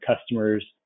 customers